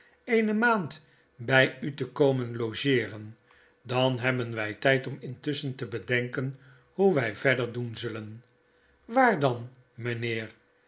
eene maand by u te komen logeeren dan hebben wy tyd om intusschen te bedenken hoe wy verder doen zullen waar dan mynheer